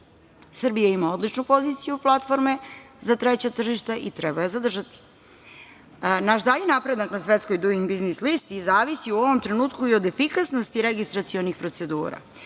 ima odličnu poziciju platforme za treća tržišta i treba je zadržati. Naš dalji napredak na svetskoj Duing biznis listi zavisi u ovom trenutku od efikasnosti registracionih procedura